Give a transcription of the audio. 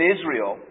Israel